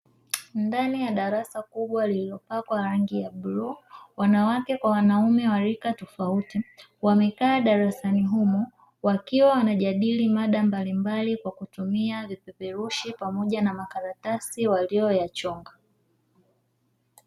Ndani ya darasa kubwa lililopakwa rangi ya bluu, wanawake kwa wanaume wa rika tofauti, wamekaa darasani humo wakiwa wanajadili mada mbalimbali kwa kutumia vipeperushi pamoja na makaratasi waliyoyachonga.